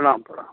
प्रणाम प्रणाम